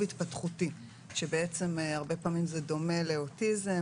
התפתחותי שהרבה פעמים זה דומה לאוטיזם,